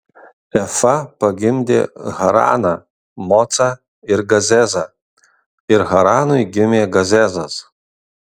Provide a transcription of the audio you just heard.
efa pagimdė haraną mocą ir gazezą ir haranui gimė gazezas